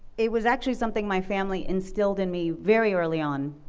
it was actually something my family instilled in me very early on.